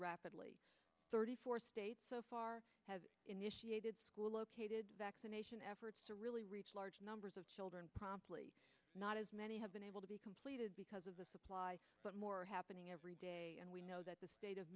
rapidly thirty four states so far have initiated school located vaccination efforts to really reach large numbers of children probably not as many have been able to be completed because of the supply but more happening every day and we know that the state of